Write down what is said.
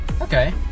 okay